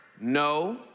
No